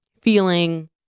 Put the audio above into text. feeling